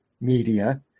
media